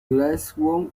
glasgow